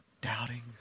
doubting